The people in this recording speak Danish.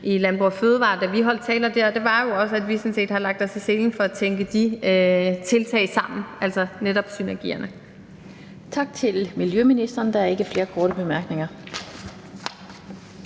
i Landbrug & Fødevarer, da vi holdt taler der, var jo også, at vi sådan set har lagt os i selen for at tænke de tiltag sammen, altså netop synergierne. Kl. 18:41 Den fg. formand (Annette Lind): Tak til miljøministeren. Der er ikke flere korte bemærkninger.